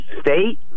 state